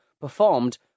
performed